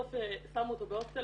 ובסוף שמו אותו בהוסטל,